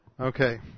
Okay